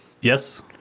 Yes